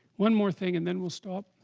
one more thing and then we'll stop